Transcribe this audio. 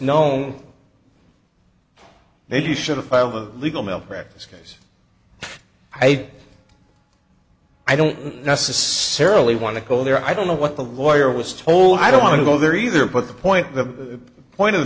known then you should have filed a legal malpractise case i did i don't necessarily want to go there i don't know what the lawyer was told i don't want to go there either but the point the point of the